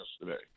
yesterday